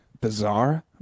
bizarre